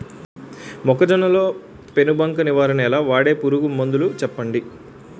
మొక్కజొన్న లో పెను బంక నివారణ ఎలా? వాడే పురుగు మందులు చెప్పండి?